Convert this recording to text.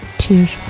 Cheers